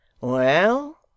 Well